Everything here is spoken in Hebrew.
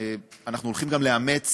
אנחנו הולכים גם לאמץ,